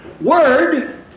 word